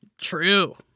True